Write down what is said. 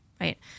right